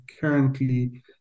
currently